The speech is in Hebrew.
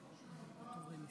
חבריי חברי